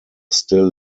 still